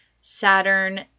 Saturn